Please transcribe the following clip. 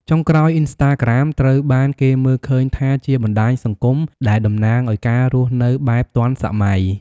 ចុងក្រោយ អុីនស្តាក្រាម ត្រូវបានគេមើលឃើញថាជាបណ្តាញសង្គមដែលតំណាងឱ្យ ការរស់នៅបែបទាន់សម័យ។